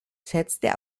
setzte